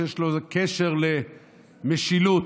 שיש לו קשר למשילות.